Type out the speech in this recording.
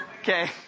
Okay